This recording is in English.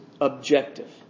objective